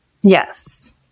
Yes